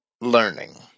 learning